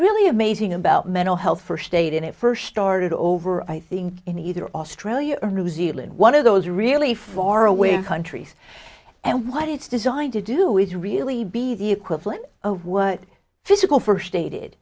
really amazing about mental health first aid and it first started over i think in either australia or new zealand one of those really far away countries and what it's designed to do is really be the equivalent of what physical for stated